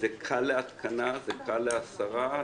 זה קל להתקנה, זה קל להסרה.